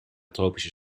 tropische